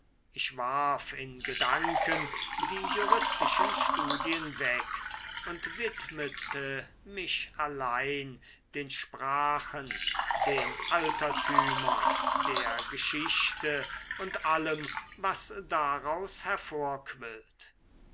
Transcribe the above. ich warf in gedanken die juristischen studien weg und widmete mich allein den sprachen den altertümern der geschichte und allem was daraus